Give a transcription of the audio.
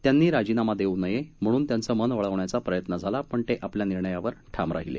त्यांनी राजीनामा देऊ नये म्हणून त्यांचे मन वळविण्याचा प्रयत्न झाला पण ते आपल्या निर्णयावर ठाम राहिले